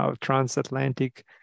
transatlantic